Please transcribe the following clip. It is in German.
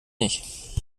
ich